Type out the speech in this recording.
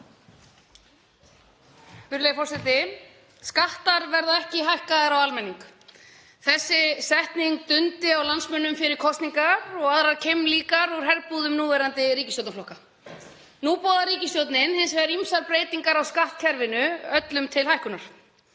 Virðulegur forseti. Skattar verða ekki hækkaðir á almenning. Þessi setning dundi á landsmönnum fyrir kosningar og aðrar keimlíkar úr herbúðum núverandi ríkisstjórnarflokka. Nú boðar ríkisstjórnin hins vegar ýmsar breytingar á skattkerfinu, öllum til hækkunar.